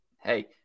Hey